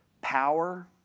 power